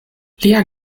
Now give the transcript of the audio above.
lia